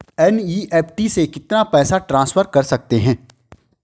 NEFT से कितना पैसा ट्रांसफर कर सकते हैं?